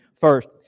first